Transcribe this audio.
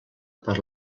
per